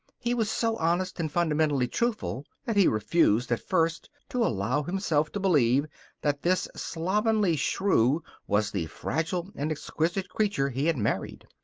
he was so honest and fundamentally truthful that he refused at first to allow himself to believe that this slovenly shrew was the fragile and exquisite creature he had married.